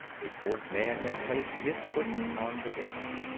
a fourth man had placed his foot on the disk.